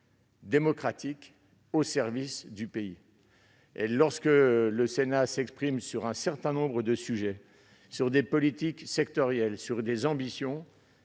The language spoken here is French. démocratique au service du pays. Lorsque le Sénat s'exprime sur un certain nombre de sujets, qu'il s'agisse de politiques sectorielles ou d'ambitions,